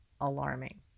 alarming